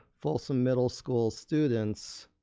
folsom middle school students